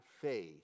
faith